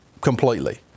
completely